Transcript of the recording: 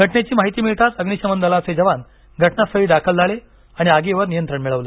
घटनेची माहिती मिळताच अग्निशमन दलाचे जवान घटनास्थळी दाखल झाले आणि आगीवर नियंत्रण मिळवलं